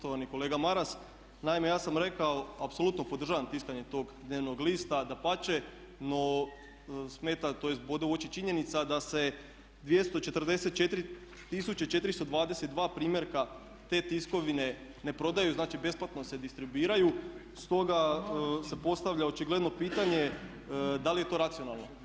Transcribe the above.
Poštovani kolega Maras naime ja sam rekao apsolutno podržavam tiskanje tog dnevnog lista, dapače, no smeta tj. bode u oči činjenica da se 244 422 primjerka te tiskovine ne prodaju, znači besplatno se distribuiraju, stoga se postavlja očigledno pitanje da li je to racionalno?